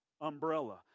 umbrella